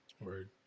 Word